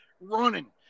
running